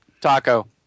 Taco